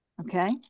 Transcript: Okay